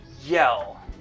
yell